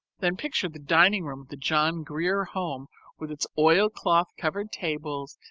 then picture the dining-room of the john grier home with its oilcloth-covered tables,